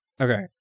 Okay